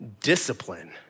discipline